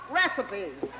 recipes